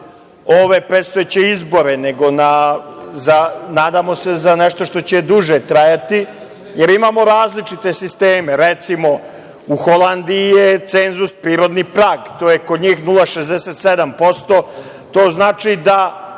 ove predstojeće izbore, nego nadamo za nešto što će duže trajati jer imamo različite sisteme, recimo, u Holandiji je cenzus prirodni prag, to je kod njih 0,67%. To znači da